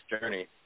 journey